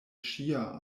ŝia